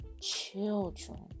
children